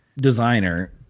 designer